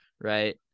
right